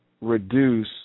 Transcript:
reduce